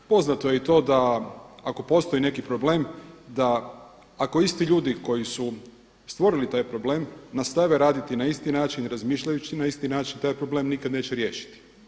Poznato je i to da ako postoji neki problem da ako isti ljudi koji su stvorili taj problem nastave raditi na isti način i razmišljajući na isti način taj problem nikada neće riješiti.